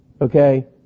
okay